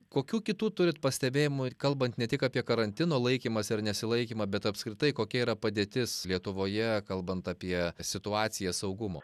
kokių kitų turit pastebėjimų kalbant ne tik apie karantino laikymąsi ar nesilaikymą bet apskritai kokia yra padėtis lietuvoje kalbant apie situaciją saugumo